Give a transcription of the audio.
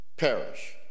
perish